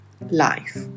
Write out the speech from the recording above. life